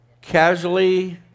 casually